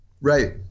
Right